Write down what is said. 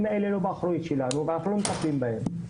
האלה לא באחריות האלה ואנחנו לא מטפלים בהם.